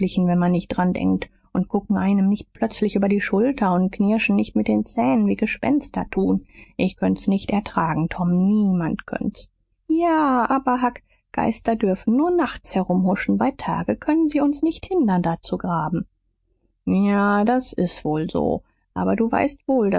wenn man nicht dran denkt und gucken einem nicht plötzlich über die schulter und knirschen nicht mit den zähnen wie gespenster tun ich könnt's nicht ertragen tom niemand könnt's ja aber huck geister dürfen nur nachts herumhuschen bei tage können sie uns nicht hindern da zu graben ja das ist wohl so aber du weißt wohl